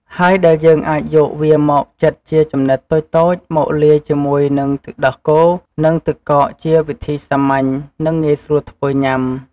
ហើយដែលយើងអាចយកវាមកចិតជាចំណិតតូចៗ មកលាយជាមួយនឹងទឹកដោះគោ និងទឹកកកជាវិធីសាមញ្ញ និងងាយស្រួលធ្វើញុាំ។